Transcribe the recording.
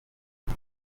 izo